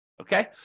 Okay